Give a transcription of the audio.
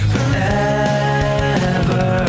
Forever